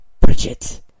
Bridget